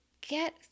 get